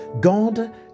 God